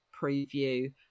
preview